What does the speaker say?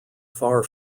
far